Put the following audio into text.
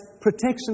protection